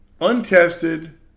untested